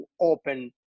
open